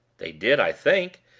they did, i think.